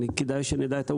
כדאי שנדע את העובדות.